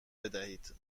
بدهید